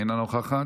אינה נוכחת,